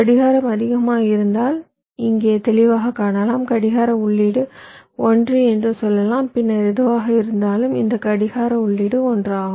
கடிகாரம் அதிகமாக இருந்தால் இங்கே தெளிவாகக் காணலாம் கடிகார உள்ளீடு 1 என்று சொல்லலாம் பின்னர் எதுவாக இருந்தாலும் இந்த கடிகார உள்ளீடு 1 ஆகும்